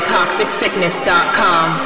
ToxicSickness.com